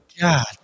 God